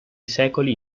secoli